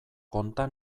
konta